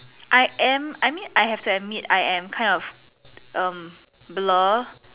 I am I mean I have to admit I am kind of um blur